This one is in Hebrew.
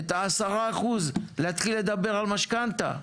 את ה-10%, להתחיל לדבר על משכנתא.